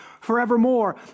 forevermore